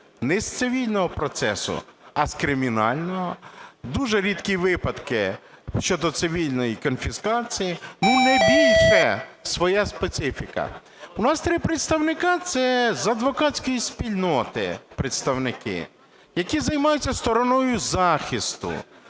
не з цивільного процесу, а з кримінального. Дуже рідкі випадки щодо цивільної конфіскації, ну не більше, своя специфіка. У нас три представники. Це з адвокатської спільноти представники, які займаються стороною захисту.